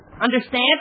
Understand